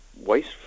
waste